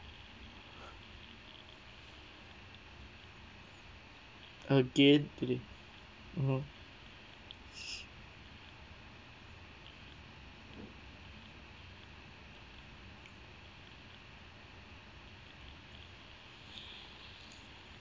again today mmhmm